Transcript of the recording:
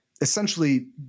essentially